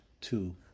two